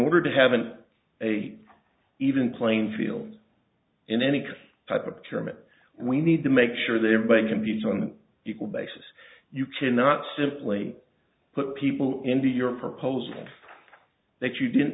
order to have an a even playing field in any type of chairman we need to make sure that everybody commutes on equal basis you cannot simply put people into your proposal that you didn't